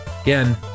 Again